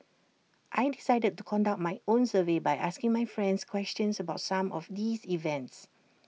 I decided to conduct my own survey by asking my friends questions about some of these events